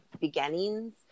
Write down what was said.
beginnings